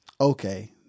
okay